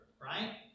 right